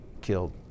killed